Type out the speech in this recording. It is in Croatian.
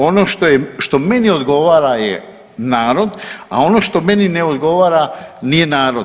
Ono što meni odgovara je narod, a ono što meni ne odgovara nije narod.